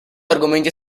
argomenti